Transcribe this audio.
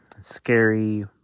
scary